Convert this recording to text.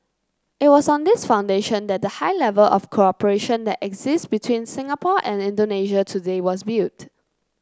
it was on this foundation that the high level of cooperation that exists between Singapore and Indonesia today was built